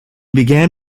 began